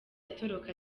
atoroka